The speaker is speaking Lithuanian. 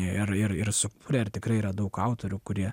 ir ir sukūrė ir tikrai yra daug autorių kurie